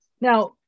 Now